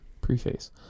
preface